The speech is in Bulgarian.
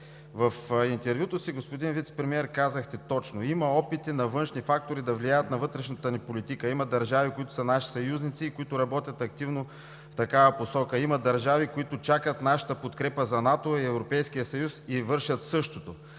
В интервюто си, господин Вицепремиер, казахте точно: „Има опити на външни фактори да влияят на вътрешната ни политика. Има държави, които са наши съюзници и които работят активно в такава посока. Има държави, които чакат нашата подкрепа за НАТО и Европейския